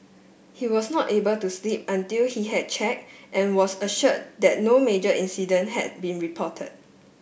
he was not able to sleep until he had check and was assured that no major incident had been reported